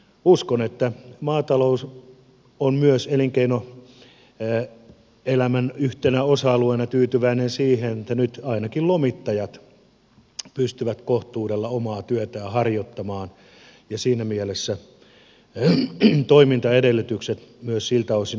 uskon että maatalous on myös elinkeinoelämän yhtenä osa alueena tyytyväinen siihen että nyt ainakin lomittajat pystyvät kohtuudella omaa työtään harjoittamaan ja siinä mielessä toimintaedellytykset myös siltä osin on turvattu